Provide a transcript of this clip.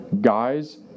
Guys